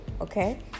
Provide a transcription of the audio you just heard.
Okay